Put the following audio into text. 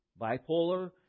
bipolar